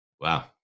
Wow